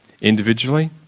individually